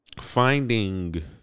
finding